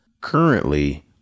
Currently